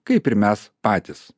kaip ir mes patys